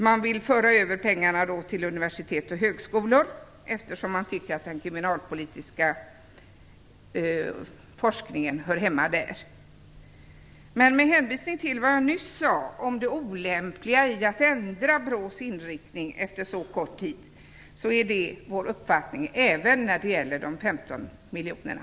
Man vill i stället föra över pengarna till universitet och högskolor, eftersom man anser att den kriminalpolitiska forskningen hör hemma där. Men med hänvisning till det som jag nyss sade om det olämpliga i att ändra BRÅ:s inriktning efter så kort tid har vi samma uppfattning även när de gäller de 15 miljonerna.